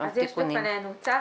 יש בפנינו צו.